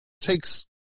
takes